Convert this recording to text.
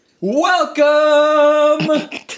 Welcome